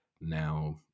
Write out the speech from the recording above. Now